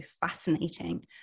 fascinating